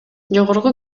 жогорку